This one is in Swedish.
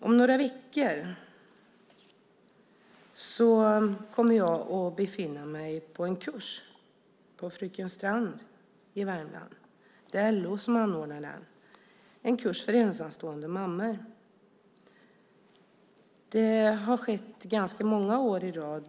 Om några veckor kommer jag att befinna mig på kurs på Frykens strand i Värmland. Det är LO som anordnar en kurs för ensamstående mammor. Det har de gjort ganska många år i rad.